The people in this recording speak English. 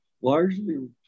largely